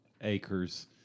Acres